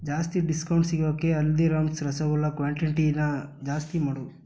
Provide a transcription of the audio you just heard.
ಜಾಸ್ತಿ ಡಿಸ್ಕೌಂಟ್ ಸಿಗೋಕ್ಕೆ ಹಲ್ದೀರಾಮ್ಸ್ ರಸಗುಲ್ಲ ಕ್ವಾಂಟಿಟಿನ ಜಾಸ್ತಿ ಮಾಡು